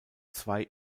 zwei